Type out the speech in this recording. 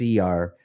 CR